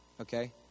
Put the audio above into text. Okay